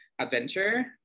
adventure